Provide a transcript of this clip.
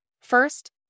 First